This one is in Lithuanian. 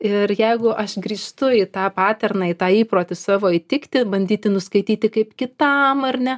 ir jeigu aš grįžtu į tą paterną į tą įprotį savo įtikti bandyti nuskaityti kaip kitam ar ne